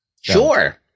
sure